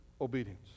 Obedience